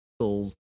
Souls